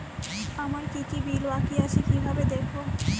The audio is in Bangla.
আমার কি কি বিল বাকী আছে কিভাবে দেখবো?